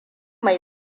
mai